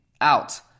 out